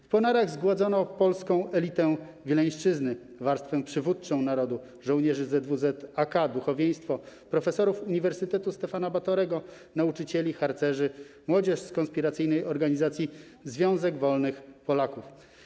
W Ponarach zgładzono polską elitę Wileńszczyzny, warstwę przywódczą narodu, żołnierzy ZWZ-AK, duchowieństwo, profesorów Uniwersytetu Stefana Batorego, nauczycieli, harcerzy, młodzież z konspiracyjnej organizacji Związek Wolnych Polaków.